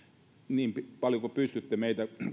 niin paljon kuin pystytte meitä